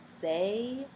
say